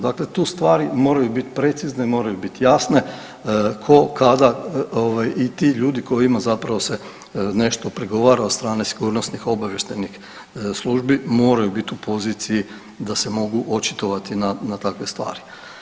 Dakle tu stvari moraju biti precizne, moraju biti jasne tko, kada i ti ljudi kojima zapravo se nešto prigovara od strane sigurnosnih obavještajnih službi, moraju biti u poziciji da se mogu očitovati na takve stvari.